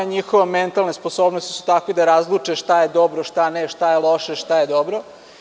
Njihove mentalne sposobnosti su takve da razluče šta je dobro, šta ne, šta je loše, šta je dobro.